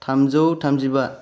थामजौ थामजि बा